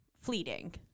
fleeting